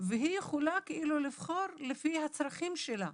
והיא יכולה לבחור לפי הצרכים שלה,